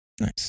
Nice